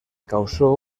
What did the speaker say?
causó